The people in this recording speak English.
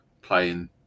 playing